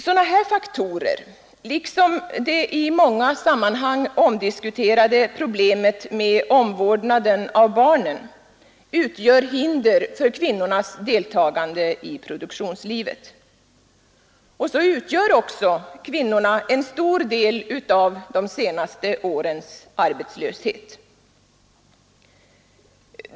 Sådana här faktorer, liksom det i många sammanhang omdiskuterade problemet med omvårdnad av barnen, utgör hinder för kvinnornas deltagande i produktionslivet. Så utgör också kvinnorna en stor del av de senaste årens arbetslösa.